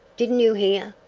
didn't you hear?